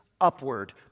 upward